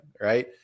right